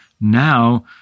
Now